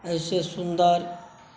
एहिसँ सुन्दर